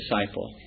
disciple